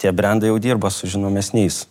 tie brendai jau dirba su žinomesniais